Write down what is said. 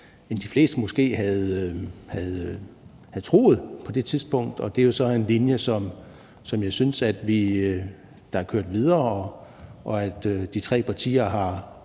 end de fleste måske havde troet på det tidspunkt. Det er jo så en linje, som jeg synes er kørt videre, og de tre partier har